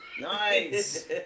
Nice